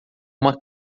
uma